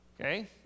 Okay